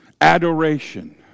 adoration